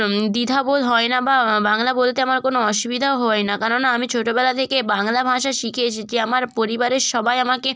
দ্বিধা বোধ হয় না বা বাংলা বলতে আমার কোনো অসুবিধাও হয় না কেনো না আমি ছোটোবেলা থেকে বাংলা ভাষা শিখে এসেছি আমার পরিবারের সবাই আমাকে